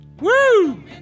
Woo